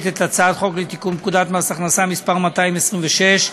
את הצעת חוק לתיקון פקודת מס הכנסה (מס' 226),